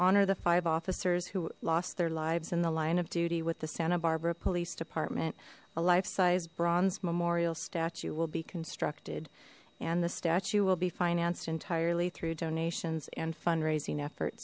honor the five officers who lost their lives in the line of duty with the santa barbara police department a life sized bronze memorial statue will be constructed and the statue will be financed entirely through donations and fundraising effort